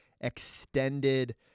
extended